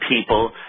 people